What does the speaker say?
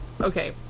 Okay